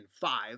five